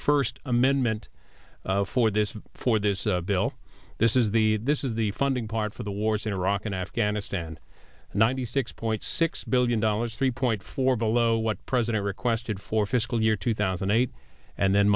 first amendment for this for this bill this is the this is the funding part for the wars in iraq and afghanistan ninety six point six billion dollars three point four below what president requested for fiscal year two thousand and eight and then